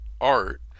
art